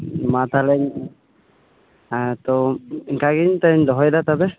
ᱢᱟ ᱛᱟᱦᱚᱞᱮ ᱦᱮᱸ ᱛᱳ ᱚᱱᱠᱟ ᱜᱮ ᱱᱤᱛᱚᱜ ᱤᱧ ᱫᱚᱦᱚᱭᱮᱫᱟ ᱛᱚᱵᱮ